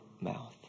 mouth